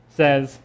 says